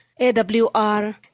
AWR